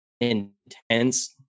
intense